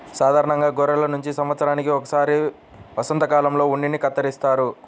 సాధారణంగా గొర్రెల నుంచి సంవత్సరానికి ఒకసారి వసంతకాలంలో ఉన్నిని కత్తిరిస్తారు